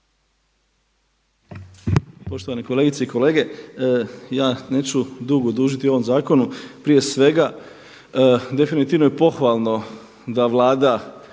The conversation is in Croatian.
Poštovane kolegice i kolege, ja neću dugo dužiti o ovom zakonu. Prije svega definitivno je pohvalno da Vlada